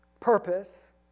purpose